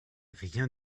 rien